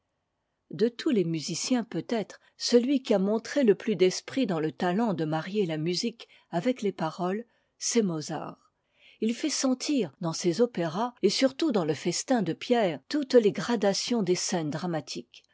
de tous les musiciens peut-être celui qui a montré le plus d'esprit dans le talent de marier la musique avec les paroles c'est mozart il fait sentir dans ses opéras et surtout dans le festin de pierre toutes les gradations des scènes dramatiques